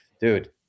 dude